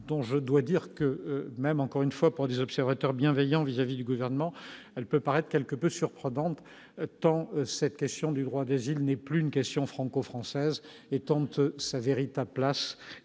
bon, je dois dire que même encore une fois pour des observateur bienveillant vis-à-vis du gouvernement, elle peut paraître quelque peu surprenante, tant cette question du droit d'asile n'est plus une question franco-française et tente sa véritable place,